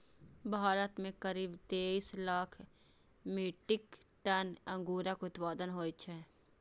भारत मे करीब तेइस लाख मीट्रिक टन अंगूरक उत्पादन होइ छै